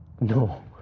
No